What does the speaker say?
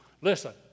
Listen